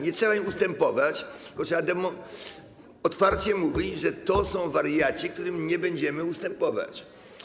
Nie trzeba im ustępować, tylko trzeba otwarcie mówić, że to są wariaci, którym nie będziemy ustępować.